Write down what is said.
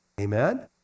Amen